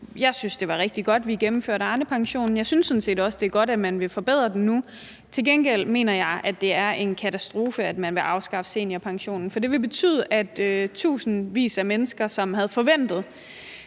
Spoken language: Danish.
Jeg synes, det var rigtig godt, at vi gennemførte Arnepensionen. Jeg synes sådan set også, det er godt, at man vil forbedre den nu. Til gengæld mener jeg, det er en katastrofe, at man vil afskaffe seniorpensionen for de tusindvis af mennesker, som havde forventet,